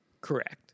Correct